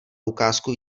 ukázku